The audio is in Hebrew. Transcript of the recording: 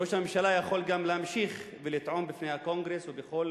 ראש הממשלה יכול גם להמשיך ולטעון בפני הקונגרס ובכל